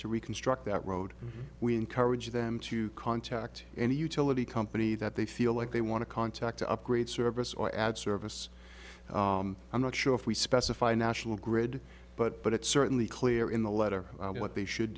to reconstruct that road we encourage them to contact any utility company that they feel like they want to contact to upgrade service or add service i'm not sure if we specify national grid but but it's certainly clear in the letter what they should